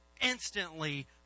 instantly